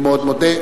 אני מאוד מודה.